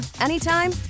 anytime